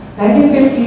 1950